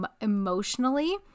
emotionally